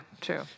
true